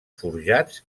forjats